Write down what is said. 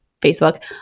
Facebook